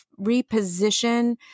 reposition